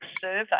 survey